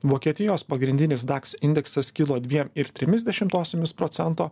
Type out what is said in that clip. vokietijos pagrindinis daks indeksas kilo dviem ir trimis dešimtosiomis procento